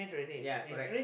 ya correct